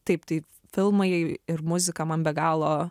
taip tai filmai ir muzika man be galo